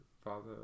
Father